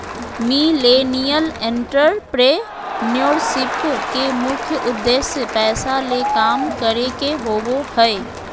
millennial entrepreneurship के मुख्य उद्देश्य पैसा ले काम करे के होबो हय